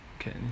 okay